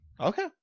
Okay